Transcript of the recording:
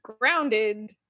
grounded